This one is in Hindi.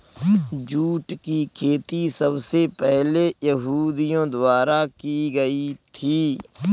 जूट की खेती सबसे पहले यहूदियों द्वारा की गयी थी